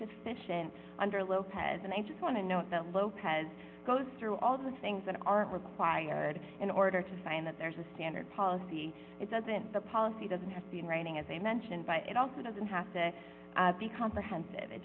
sufficient under lopez and i just want to know that lopez goes through all the things that are required in order to find that there's a standard policy it doesn't the policy doesn't have writing as i mentioned but it also doesn't have to be comprehensive it